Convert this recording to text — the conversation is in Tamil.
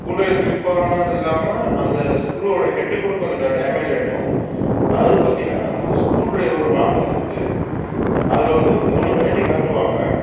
ஸ்க்ரூ ட்ரைவர் ஸ்லிப்பானது இல்லாமல் அந்த ஸ்க்ரூவோடய ஹெட்டு கூட கொஞ்சம் டேமேஜ் ஆகிடும் அது பார்த்தீங்கனா நம்ம வந்து ஸ்க்ரூ ட்ரைவர் வாங்கும்போது அதில் வந்து ஒரு மூணு வெரைட்டி காட்டுவாங்க